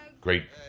Great